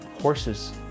horses